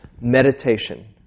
meditation